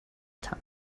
time